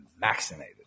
vaccinated